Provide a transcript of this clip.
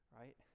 right